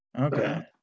Okay